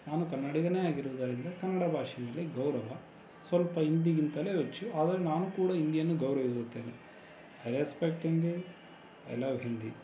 ನಾನು ಕನ್ನಡಿಗನೇ ಆಗಿರುವುದರಿಂದ ಕನ್ನಡ ಭಾಷೆಯಲ್ಲಿ ಗೌರವ ಸ್ವಲ್ಪ ಹಿಂದಿಗಿಂತಲೇ ಹೆಚ್ಚು ಆದರೆ ನಾನು ಕೂಡ ಹಿಂದಿಯನ್ನು ಗೌರವಿಸುತ್ತೇನೆ I respect Hindi I love Hindi